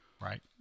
right